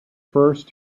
first